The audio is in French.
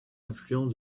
affluent